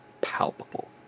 palpable